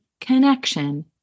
connection